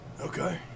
Okay